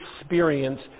experience